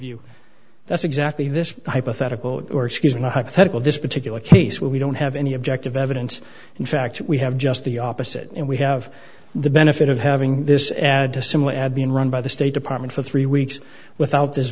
view that's exactly this hypothetical or excusing the hypothetical this particular case where we don't have any objective evidence in fact we have just the opposite and we have the benefit of having this ad to simply add being run by the state department for three weeks without this